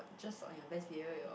just on your best period your